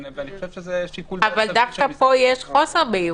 ואני חושב שזה שיקול --- אבל דווקא פה יש חוסר בהירות.